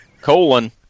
Colon